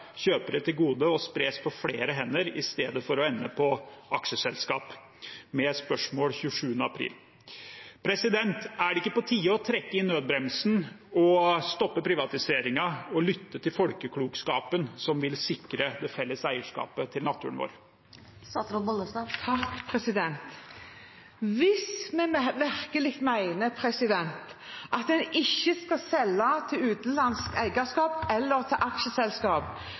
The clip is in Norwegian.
kjøpere til gode og spres på flere hender i stedet for å ende i aksjeselskap – med et skriftlig spørsmål 27. april. Er det ikke på tide å trekke i nødbremsen, stoppe privatiseringen og lytte til folkeklokskapen, som vil sikre det felles eierskapet til naturen vår? Hvis vi virkelig mener at en ikke skal selge til utenlandske eiere eller til aksjeselskap,